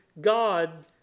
God